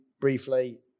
briefly